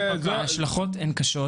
מה ההשלכות אם לא סיימנו עד יום שלישי.